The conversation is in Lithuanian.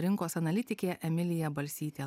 rinkos analitikė emilija balsytė